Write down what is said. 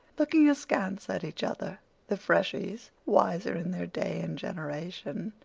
looking askance at each other the freshies, wiser in their day and generation,